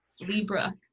Libra